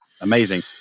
Amazing